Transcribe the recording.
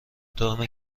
تام